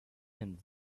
him